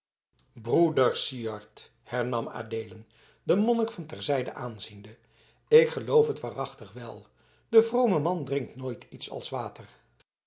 broeder syard hernam adeelen den monnik van ter zijde aanziende ik geloof het waarachtig wel de vrome man drinkt nooit iets als water